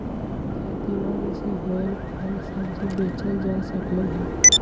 खेती बारी से होएल फल सब्जी बेचल जा सकलई ह